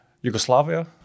Yugoslavia